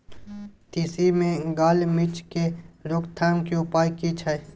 तिसी मे गाल मिज़ के रोकथाम के उपाय की छै?